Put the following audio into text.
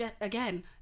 again